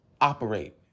Operate